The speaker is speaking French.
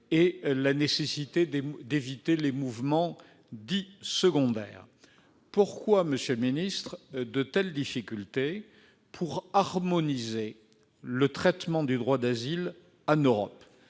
et la nécessité d'éviter les mouvements dits « secondaires ». Pourquoi y a-t-il de telles difficultés pour harmoniser le traitement du droit d'asile en Europe